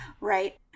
Right